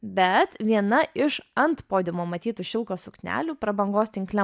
bet viena iš ant podiumo matytų šilko suknelių prabangos tinkle